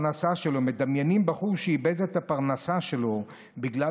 מדמיינים בחור שאיבד את הפרנסה שלו בגלל